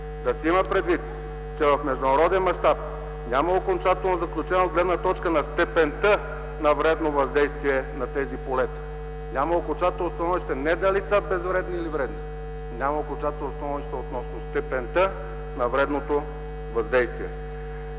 „Да се има предвид, че в международен мащаб няма окончателно заключение от гледна точка на степента на вредно въздействие на тези полета.” Няма окончателно становище не дали са безвредни или вредни, няма окончателно становище относно степента на вредното въздействие.